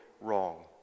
wrong